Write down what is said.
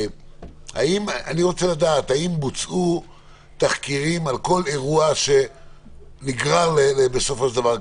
אני רוצה לדעת האם בוצעו תחקירים על כל אירוע שנגרר בסופו של דבר,